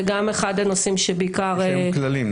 זה גם אחד הנושאים שבעיקר --- יש גם כללים,